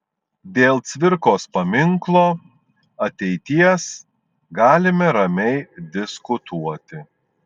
dėl cvirkos paminklo ateities galime ramiai diskutuoti